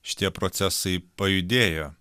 šitie procesai pajudėjo